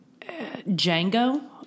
Django